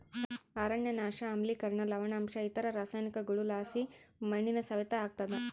ಅರಣ್ಯನಾಶ ಆಮ್ಲಿಕರಣ ಲವಣಾಂಶ ಇತರ ರಾಸಾಯನಿಕಗುಳುಲಾಸಿ ಮಣ್ಣಿನ ಸವೆತ ಆಗ್ತಾದ